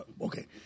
Okay